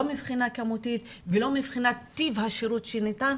לא מבחינה כמותית ולא מבחינת טיב השירות שניתן,